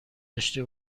داشته